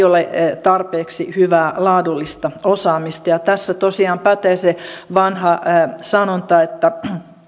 ole tarpeeksi hyvää laadullista osaamista ja tässä tosiaan pätee se vanha sanonta että